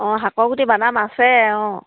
অঁ শাকৰ গুটি বানাম আছে অঁ